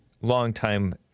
longtime